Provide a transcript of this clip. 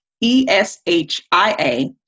E-S-H-I-A